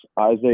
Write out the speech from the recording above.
Isaiah